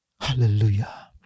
Hallelujah